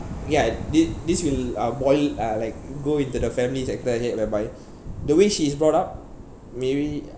ya th~ this will uh boiled uh like go into the family's authentic whereby the way she is brought up maybe